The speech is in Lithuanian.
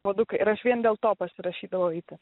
puodukai ir aš vien dėl to pasirašydavau eiti